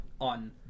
on